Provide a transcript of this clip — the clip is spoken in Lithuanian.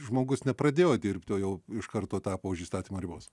žmogus nepradėjo dirbti o jau iš karto tapo už įstatymo ribos